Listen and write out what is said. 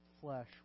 flesh